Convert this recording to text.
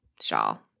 shawl